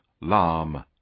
LAM